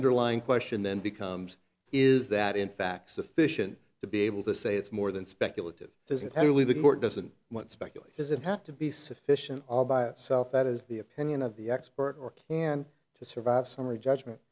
underlying question then becomes is that in fact sufficient to be able to say it's more than speculative does it have really the court doesn't want to speculate does it have to be sufficient all by itself that is the opinion of the expert or can to survive summary judgment